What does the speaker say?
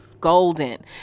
golden